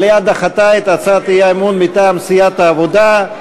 המליאה דחתה את הצעת האי-אמון מטעם סיעת העבודה.